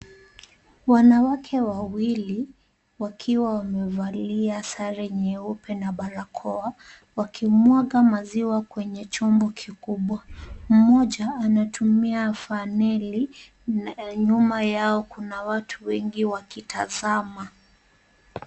Wanawake wawili wakiwa wamevalia sare nyeupe na barakoa, wakimwaga maziwa kwenye chombo kikubwa. Mmoja anatumia faneli na nyuma yao kuna watu wengi wakitazama.